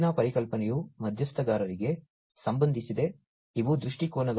ಮುಂದಿನ ಪರಿಕಲ್ಪನೆಯು ಮಧ್ಯಸ್ಥಗಾರರಿಗೆ ಸಂಬಂಧಿಸಿದೆ ಇವು ದೃಷ್ಟಿಕೋನಗಳು